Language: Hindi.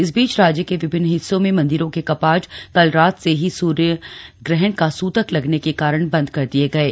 इस बीच राज्य के विभिन्न हिस्सों में मंदिरों के कपाट कल रात से ही सूर्य ग्रहण का सूतक लगने के कारण बन्द कर दिए गये